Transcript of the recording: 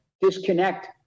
disconnect